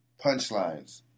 punchlines